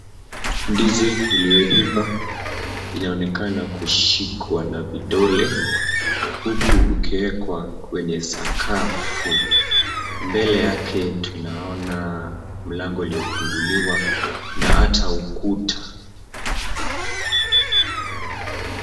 Ndizi iliyoifa inaonekana kushikwa na vidole uku ukiwekwa kwenye sakafu mbele yake tunaona mlango uliofunguliwa na ata ukuta.